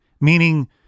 Meaning